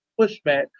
pushback